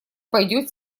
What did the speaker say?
пойдет